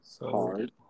hard